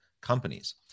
companies